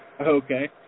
Okay